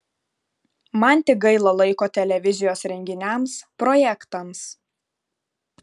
man tik gaila laiko televizijos renginiams projektams